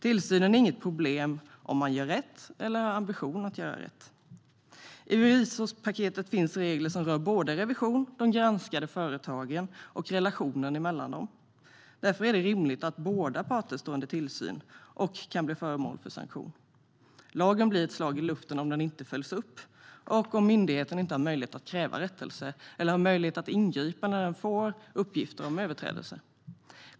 Tillsynen är inget problem om man gör rätt eller har ambitionen att göra rätt. I revisorspaketet finns regler som rör såväl revision som de granskade företagen och relationen emellan dem. Därför är det rimligt att båda parter står under tillsyn och kan bli föremål för sanktion. Lagen blir ett slag i luften om den inte följs upp och om myndigheten inte har möjlighet att kräva rättelse eller möjlighet att ingripa när den får uppgifter om överträdelser.